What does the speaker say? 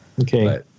Okay